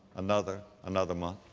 another another month.